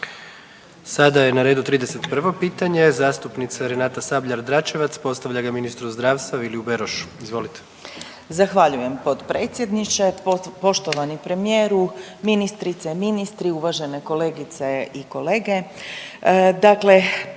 Sada je na redu 31 pitanje zastupnica Renata Sabljar Dračevac postavlja ga ministru zdravstva Viliju Berošu. Izvolite. **Sabljar-Dračevac, Renata (Nezavisni)** Zahvaljujem predsjedniče, poštovani premijeru, ministrice, ministri, uvažene kolegice i kolege.